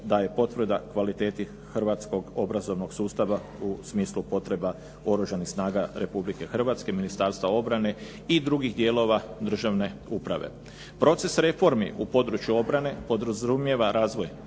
daje potvrda kvaliteti hrvatskog obrazovnog sustava u smislu potreba Oružanih snaga Republike Hrvatske, Ministarstva obrane i drugih dijelova državne uprave. Proces reformi u području obrane podrazumijeva razvoj